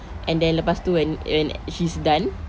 and then lepas tu when when she's done